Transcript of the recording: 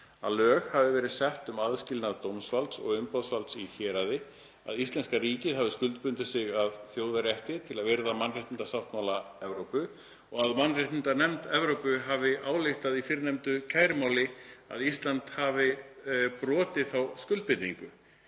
að lög hafi verið sett um aðskilnað dómsvalds og umboðsvalds í héraði, að íslenska ríkið hafi skuldbundið sig að þjóðarétti til að virða mannréttindasáttmála Evrópu og að mannréttindanefnd Evrópu hafi ályktað í fyrrnefndu kærumáli að Ísland hafi brotið þá skuldbindingu,